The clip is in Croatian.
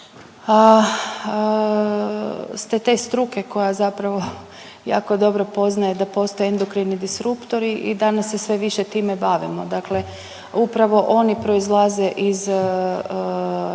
ste te struke koja zapravo jako dobro poznaje da postoje endokrini disruptori i danas se sve više time bavimo. Dakle, upravo oni proizlaze iz